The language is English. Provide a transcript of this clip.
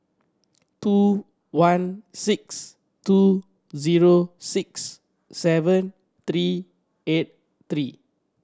two one six two zero six seven three eight three